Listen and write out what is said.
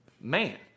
man